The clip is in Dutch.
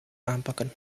aanpakken